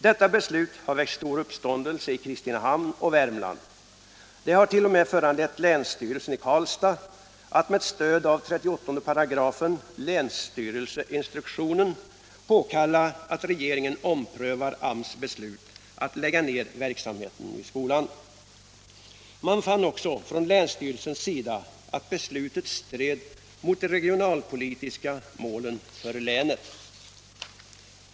Detta beslut har väckt stor uppståndelse i Kristinehamn och Värmland. Det hart.o.m. föranlett länsstyrelsen i Karlstad att med stöd av 38 § länsstyrelseinstruktionen påkalla att regeringen omprövar AMS beslut att lägga ner verksamheten vid skolan. Man fann också från länsstyrelsens sida att beslutet stred mot de regionalpolitiska målen för länet.